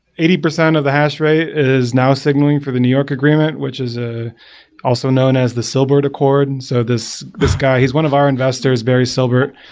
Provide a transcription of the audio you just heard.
eighty percent of the hash rate is now signaling for the new york agreement, which is ah also known as the silbert accord. and so this this guy, he's one of our investors, barry silbert.